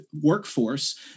workforce